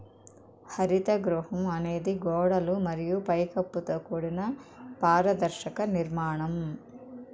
హరిత గృహం అనేది గోడలు మరియు పై కప్పుతో కూడిన పారదర్శక నిర్మాణం